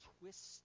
twist